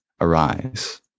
arise